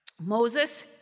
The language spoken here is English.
Moses